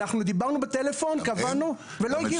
אנחנו דיברנו בטלפון, קבענו והן לא הגיעו.